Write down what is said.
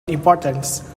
importance